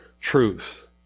truth